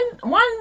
one